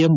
M